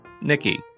Nikki